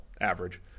average